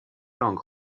langues